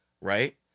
right